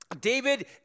David